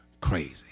crazy